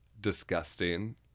disgusting